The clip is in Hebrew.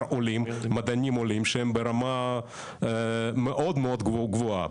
מדענים עולים שהם ברמה מאוד מאוד גבוהה,